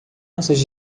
nossas